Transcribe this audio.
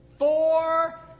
Four